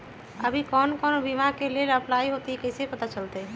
अभी कौन कौन बीमा के लेल अपलाइ होईत हई ई कईसे पता चलतई?